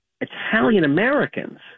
Italian-Americans